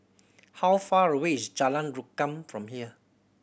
how far away is Jalan Rukam from here